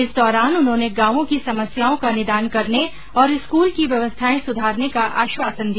इस दौरान उन्होंने गांवों की समस्याओं का निदान करने और स्कूल की व्यवस्थाएं सुधारने का आश्वासन दिया